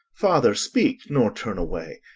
father, speak, nor turn away,